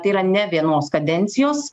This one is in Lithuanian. tai yra ne vienos kadencijos